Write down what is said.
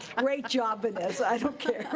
great job vanessa, i don't care.